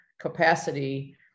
capacity